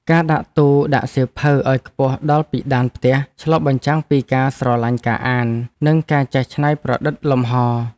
ការដាក់ទូដាក់សៀវភៅឱ្យខ្ពស់ដល់ពិដានផ្ទះឆ្លុះបញ្ចាំងពីការស្រឡាញ់ការអាននិងការចេះច្នៃប្រឌិតលំហរ។